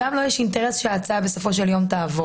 גם לו יש אינטרס שההצעה בסופו של יום תעבור.